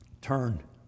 turn